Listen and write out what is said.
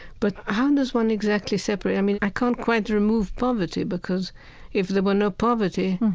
but how does one exactly separate, i mean, i can't quite remove poverty because if there were no poverty,